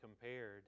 compared